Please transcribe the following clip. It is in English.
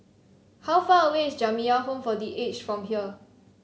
how far away is Jamiyah Home for The Aged from here